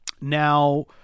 Now